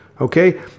Okay